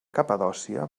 capadòcia